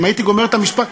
אם הייתי גומר את המשפט,